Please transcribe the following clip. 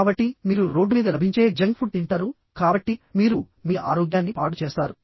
కాబట్టి మీరు రోడ్డు మీద లభించే జంక్ ఫుడ్ తింటారు కాబట్టి మీరు మీ ఆరోగ్యాన్ని పాడుచేస్తారు